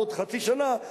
בעוד חצי שנה,